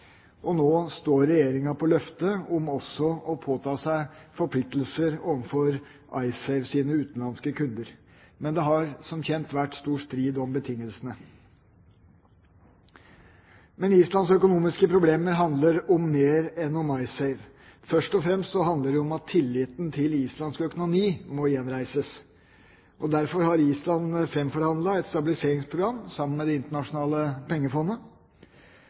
og nå står regjeringen på løftet om også å påta seg forpliktelser overfor IceSaves utenlandske kunder. Men det har, som kjent, vært stor strid om betingelsene. Islands økonomiske problemer handler om mer enn IceSave. Først og fremst handler det om at tilliten til islandsk økonomi må gjenreises. Derfor har Island framforhandlet et stabiliseringsprogram sammen med Det internasjonale pengefondet.